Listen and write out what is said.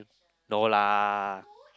no lah